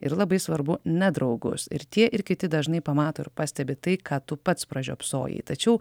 ir labai svarbu ne draugus ir tie ir kiti dažnai pamato ir pastebi tai ką tu pats pražiopsojai tačiau